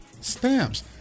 Stamps